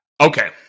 Okay